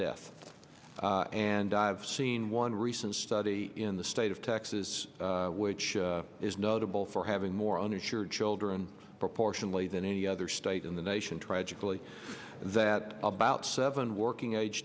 death and i've seen one recent study in the state of texas which is notable for having more uninsured children proportionately than any other state in the nation tragically that about seven working age